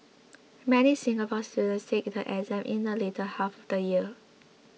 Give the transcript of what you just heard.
many Singapore students take the exam in the later half of the year